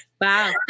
Wow